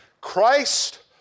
Christ